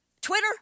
Twitter